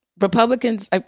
Republicans